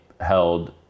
held